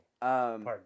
Pardon